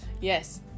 Yes